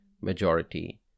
majority